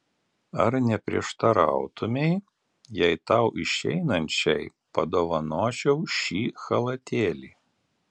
ar neprieštarautumei jei tau išeinančiai padovanočiau šį chalatėlį